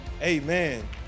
Amen